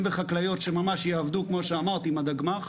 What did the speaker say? וחקלאיות שממש יעבדו כמו שאמרתי עם הדגמ"ח,